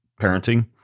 parenting